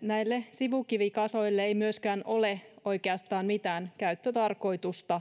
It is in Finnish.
näille sivukivikasoille ei myöskään ole oikeastaan mitään käyttötarkoitusta